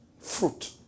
fruit